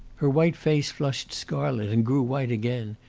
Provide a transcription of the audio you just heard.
her white face flushed scarlet and grew white again.